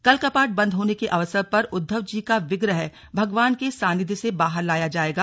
कल कपाट बंद होने के अवसर पर उद्घव जी का विग्रह भगवान के सानिध्य से बाहर लाया जाएगा